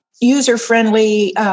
user-friendly